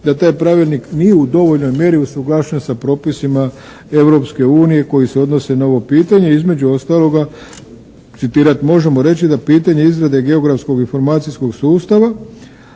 da taj pravilnik nije u dovoljnoj mjeri usuglašen sa propisima Europske unije koji se odnose na ovo pitanje i između ostaloga …/Govornik se ne razumije./… možemo reći da pitanje izrade geografskog informacijskog sustava